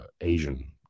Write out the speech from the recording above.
Asian